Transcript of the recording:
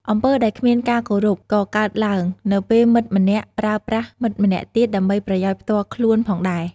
អំពើដែលគ្មានការគោរពក៏កើតឡើង នៅពេលមិត្តម្នាក់ប្រើប្រាស់មិត្តម្នាក់ទៀត ដើម្បីប្រយោជន៍ផ្ទាល់ខ្លួនផងដែរ។